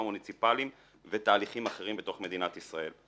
המוניציפליים ותהליכים אחרים בתוך מדינת ישראל.